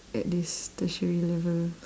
at this tertiary level